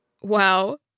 Wow